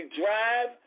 drive